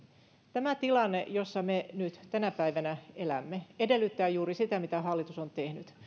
tämä tilanne jossa me nyt tänä päivänä elämme edellyttää juuri sitä mitä hallitus on tehnyt